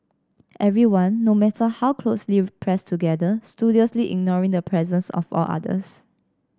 everyone no matter how closely pressed together studiously ignoring the presence of all others